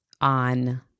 on